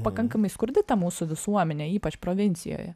pakankamai skurdi ta mūsų visuomenė ypač provincijoje